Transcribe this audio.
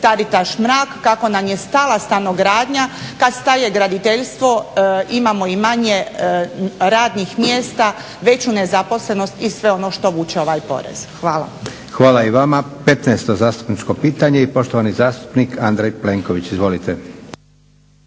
Taritaš Mrak kako nam je stala stanogradnja. Kada staje graditeljstvo imamo i manje radnih mjesta, veću nezaposlenost i sve ono što vuče ovaj porez. Hvala. **Leko, Josip (SDP)** Hvala i vama. 15.zastupničko pitanje i poštovani zastupnik Andrej Plenković. Izvolite.